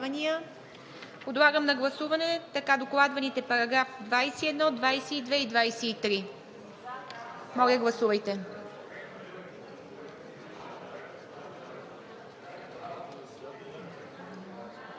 Подлагам на гласуване така докладваните параграфи 21, 22 и 23. Гласували